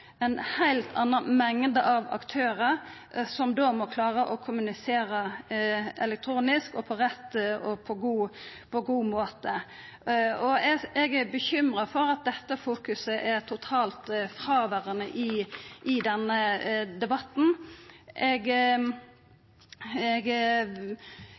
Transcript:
ei heilt anna mengd av aktørar som då må klara å kommunisera elektronisk og på rett og god måte. Eg er bekymra for at dette fokuset er totalt fråverande i denne debatten. Eg ser at det i